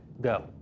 go